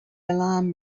alarm